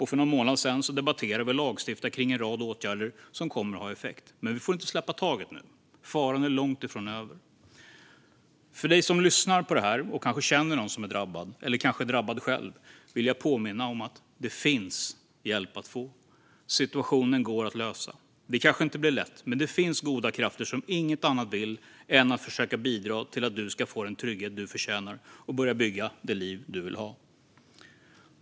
För någon månad sedan debatterade vi också och lagstiftade kring en rad åtgärder som kommer att ha effekt. Men vi får inte släppa taget nu. Faran är långt ifrån över. För dig som lyssnar på detta och känner någon som är drabbad, eller kanske är drabbad själv, vill jag påminna om att det finns hjälp att få. Situationen går att lösa. Det kanske inte blir lätt, men det finns goda krafter som inget annat vill än att försöka bidra till att du ska få den trygghet du förtjänar och börja bygga det liv du vill ha.